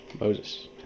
Moses